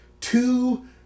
two